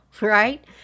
right